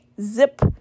zip